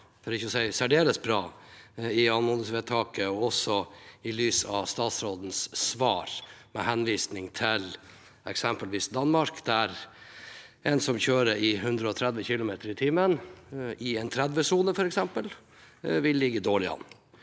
for ikke å si særdeles bra, i anmodningsvedtaket, også i lys av statsrådens svar, med henvisning til eksempelvis Danmark, der en som kjører i 130 km/t i en 30-sone, f.eks., vil ligge dårlig an.